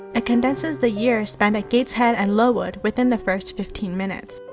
it condenses the years spent at gateshead and lowood within the first fifteen minutes.